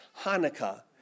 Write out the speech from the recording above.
Hanukkah